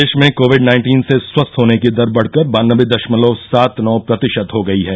देश में COVID nineteen से स्वस्थ होने की दर बढकर बानबे दशमलव सात नौ प्रतिशत हो गई है